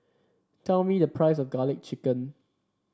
tell me the price of garlic chicken